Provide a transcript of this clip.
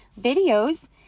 videos